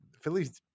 Phillies